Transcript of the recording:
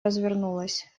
развернулась